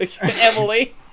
Emily